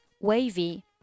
wavy